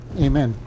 Amen